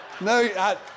No